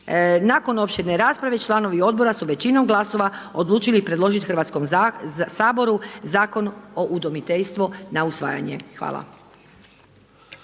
Nakon opširne rasprave članovi odbora su većinom glasova odlučili predložit Hrvatskom saboru Zakon o udomiteljstvu na usvajanje. Hvala.